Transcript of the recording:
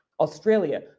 australia